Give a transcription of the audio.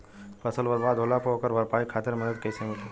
फसल बर्बाद होला पर ओकर भरपाई खातिर मदद कइसे मिली?